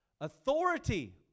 Authority